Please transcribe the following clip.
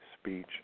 speech